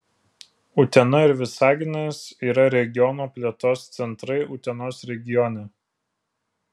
utena ir visaginas yra regiono plėtros centrai utenos regione